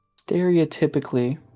stereotypically